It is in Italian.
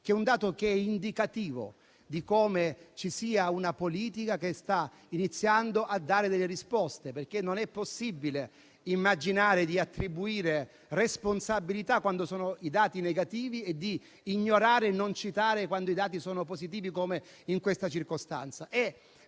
di un dato, che è indicativo di come ci sia una politica che sta iniziando a dare delle risposte. Non è possibile, infatti, immaginare di attribuire responsabilità quando i dati sono negativi e di ignorare e non citare i dati quando sono positivi, come in questa circostanza.